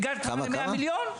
הגעת כבר ל-100 מיליון?